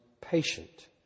patient